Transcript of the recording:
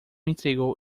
entregou